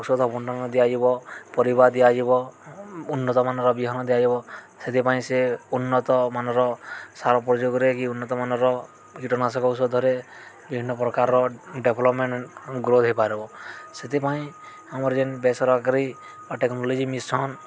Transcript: ଔଷଧ ଦିଆଯିବ ପରିବା ଦିଆଯିବ ଉନ୍ନତମାନର ବିହନ ଦିଆଯିବ ସେଥିପାଇଁ ସେ ଉନ୍ନତମାନର ସାର ପ୍ରୟୋଗରେ କି ଉନ୍ନତମାନର କୀଟନାଶକ ଔଷଧରେ ବିଭିନ୍ନ ପ୍ରକାରର ଡେଭଲପମେଣ୍ଟ ଗ୍ରୋଥ୍ ହେଇପାରିବ ସେଥିପାଇଁ ଆମର ଯେନ୍ ବେସରକାରୀ ବା ଟେକ୍ନୋଲୋଜି ମିଶନ୍